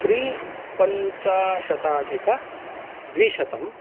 त्रिपञ्चाशताधिकद्विशतम्